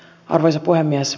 arvoisa puhemies